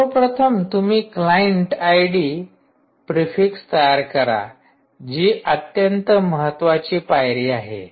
सर्वप्रथम तुम्ही client ID prefix तयार करा जी अत्यंत महत्वाची पायरी आहे